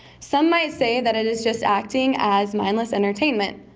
some might say that it is just acting as mindless entertainment.